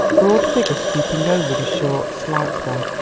broad figure stooping over the short, slight one.